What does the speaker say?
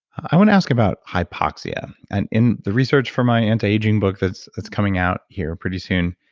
i want to ask about hypoxia. and in the research for my anti-aging book that's that's coming out here pretty soon,